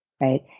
Right